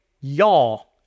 y'all